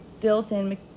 built-in